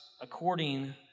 according